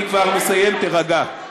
אני כבר מסיים, תירגע.